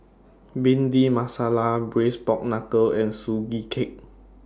Bhindi Masala Braised Pork Knuckle and Sugee Cake